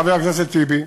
חבר הכנסת טיבי,